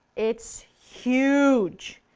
it's huge!